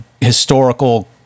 historical